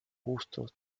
bustos